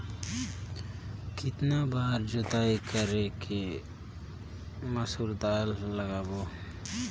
कितन बार जोताई कर के मसूर बदले लगाबो?